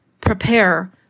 prepare